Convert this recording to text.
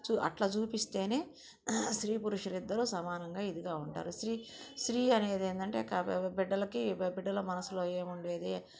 చూ అట్లా చూపిస్తేనే స్త్రీ పురుషులు ఇద్దరు సమానంగా ఇదిగా ఉంటారు స్త్రీ స్త్రీ అనేది ఏందంటే కాబోయే బిడ్డలకు బిడ్డల మనసులో ఏముండేది